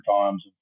times